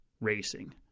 racing